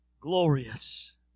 glorious